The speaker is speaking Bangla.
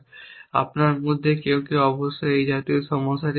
আপনার মধ্যে কেউ কেউ অবশ্যই এই জাতীয় সমস্যাটি দেখেছেন